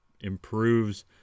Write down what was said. improves